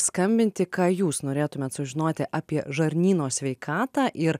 skambinti ką jūs norėtumėt sužinoti apie žarnyno sveikatą ir